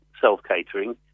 self-catering